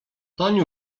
toń